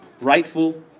rightful